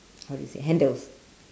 how do you say handles